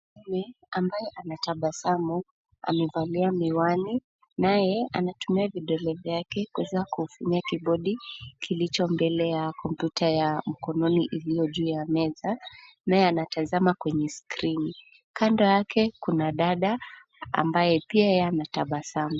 Mwanamume ambaye ametabasamu amevalia miwani naye anatumia vidole vyake kuweza kufinya kibodi kilicho mbele ya kompyuta ya mkononi iliyo juu ya meza naye anatazama kwenye skrini. Kando yake kuna dada ambaye pia yeye anatabasamu.